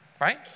right